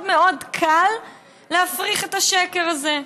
מאוד מאוד קל להפריך את השקר הזה.